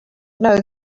know